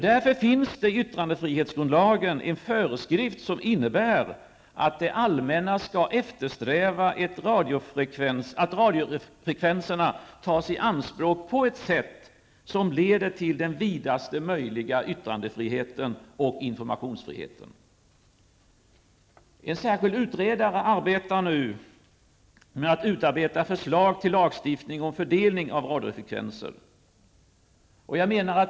Det finns därför i yttrandefrihetsgrundlagen en föreskrift som innebär att det allmänna skall eftersträva att radiofrekvenserna tas i anspråk på ett sätt som leder till den vidaste möjliga yttrandefriheten och informationsfriheten. En särskild utredare arbetar nu med att utarbeta förslag till lagstiftning om fördelning av radiofrekvenser.